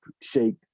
Shake